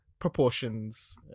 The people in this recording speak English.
proportions